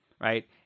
right